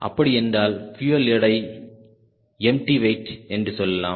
அப்படி என்றால் பியூயல் எடையை எம்டி வெயிட் என்று சொல்லலாம்